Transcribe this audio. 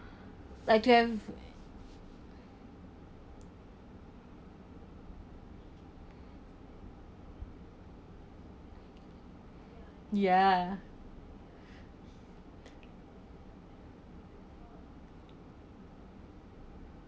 like you have ya